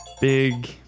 Big